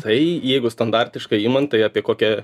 tai jeigu standartiškai imant tai apie kokia